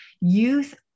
Youth